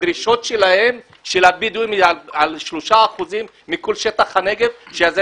הדרישות של הבדואים הן על שלושה אחוזים מכל שטח הנגב שזה